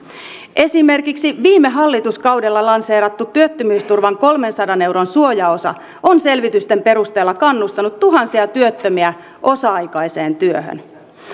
esimerkiksi viime hallituskaudella lanseerattu työttömyysturvan kolmensadan euron suojaosa on selvitysten perusteella kannustanut tuhansia työttömiä osa aikaiseen työhön